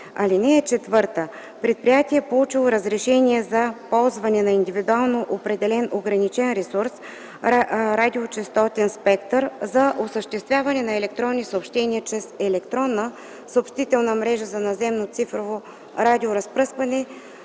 ал. 4 – 6: „(4) Предприятие, получило разрешение за ползване на индивидуално определен ограничен ресурс – радиочестотен спектър за осъществяване на електронни съобщения чрез електронна съобщителна мрежа за наземно цифрово радиоразпръскване